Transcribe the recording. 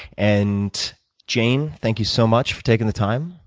and jane, thank you so much for taking the time.